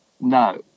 No